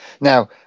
now